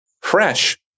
fresh